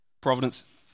Providence